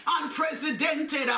unprecedented